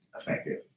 effective